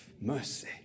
Mercy